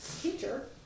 teacher